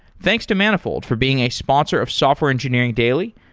thanks to manifold for being a sponsor of software engineering daily,